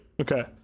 Okay